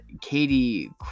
Katie